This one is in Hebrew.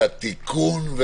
והתיקון,